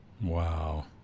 Wow